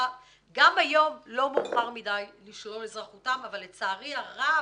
גם היום לא מאוחר מדי לשלול אזרחותם אבל לצערי הרב,